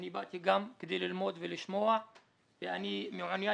אני באתי לכאן כדי ללמוד ולשמוע ואני מעוניין